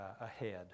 ahead